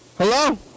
Hello